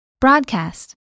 Broadcast